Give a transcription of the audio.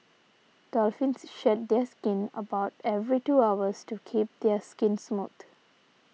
dolphins shed their skin about every two hours to keep their skin smooth